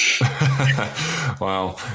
Wow